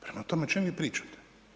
Prema tome, o čemu vi pričate?